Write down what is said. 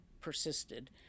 persisted